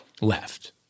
left